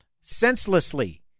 senselessly